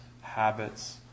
habits